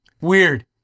Weird